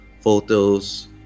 photos